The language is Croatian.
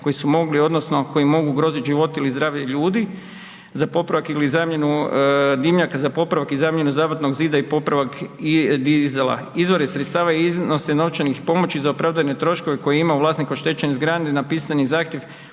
koji su mogli odnosno koji mogu ugrozit život ili zdravlje ljudi za popravak ili zamjenu dimnjaka za popravak i zamjenu zabatnog zida i popravak … izvore sredstava i iznose novčanih pomoći za opravdane troškove koje ima vlasnik oštećene zgrade napisani zahtjev